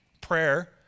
Prayer